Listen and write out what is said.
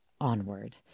onward